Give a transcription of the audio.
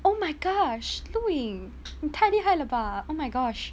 oh my gosh lu ying 你太厉害了吧 oh my gosh